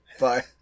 Bye